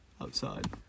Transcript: outside